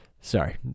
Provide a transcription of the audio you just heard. Sorry